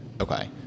Okay